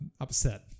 upset